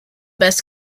best